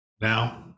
Now